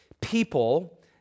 people